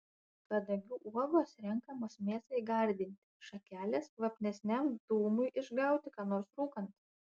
kadagių uogos renkamos mėsai gardinti šakelės kvapnesniam dūmui išgauti ką nors rūkant